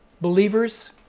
believers